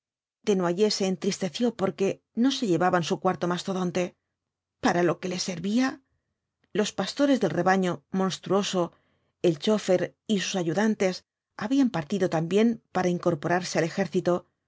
desnoyers se entristeció porque no se llevaban su cuarto mastodonte para lo que servía los pastores del rebaño monstruoso el chófer y sus ayudantes habían partido también para incorporarse al ejército